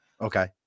Okay